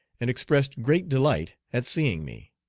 and expressed great delight at seeing me.